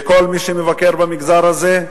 לכל מי שמבקר במגזר הזה.